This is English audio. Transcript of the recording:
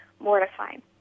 mortifying